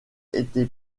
été